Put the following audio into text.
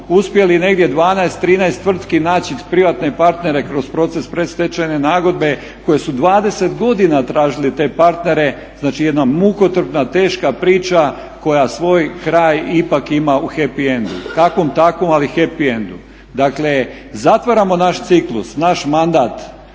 uspjeli negdje 12, 13 tvrtki naći privatne partnere kroz proces predstečajne nagodbe koji su 20 godina tražili te partnere. Znači jedna mukotrpna, teška priča koja svoj kraj ipak ima u happy end-u kakvom takvom ali happy end-u. Dakle zatvaramo naš ciklus, naš mandat